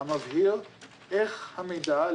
המבהיר איך המידע,